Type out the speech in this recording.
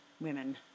women